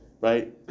Right